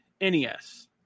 NES